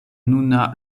nuna